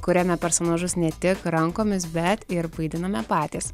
kuriame personažus ne tik rankomis bet ir vaidiname patys